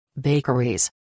Bakeries